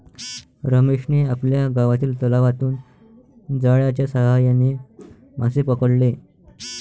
रमेशने आपल्या गावातील तलावातून जाळ्याच्या साहाय्याने मासे पकडले